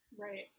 right